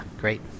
great